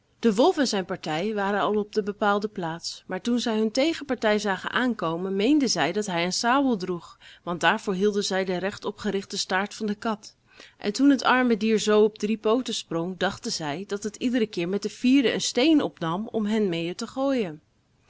de wolf en zijn partij waren al op de bepaalde plaats maar toen zij hun tegenpartij zagen aankomen meenden zij dat hij een sabel droeg want daarvoor hielden zij de recht opgerichte staart van de kat en toen het arme dier zoo op drie pooten sprong dachten zij dat het iedere keer met de vierde een steen opnam om hen meê te gooien